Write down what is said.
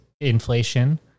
inflation